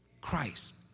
Christ